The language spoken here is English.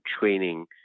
training